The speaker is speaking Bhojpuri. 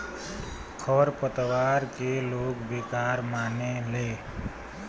खर पतवार के लोग बेकार मानेले